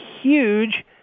huge